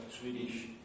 Swedish